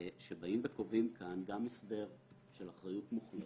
שקובעים כאן גם הסדר של אחריות מוחלטת,